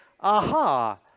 Aha